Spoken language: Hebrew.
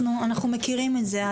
אנחנו מכירים את זה.